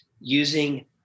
using